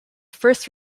first